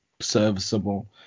serviceable